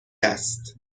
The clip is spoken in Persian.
است